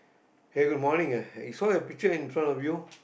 okay good morning ah you saw your picture in front of you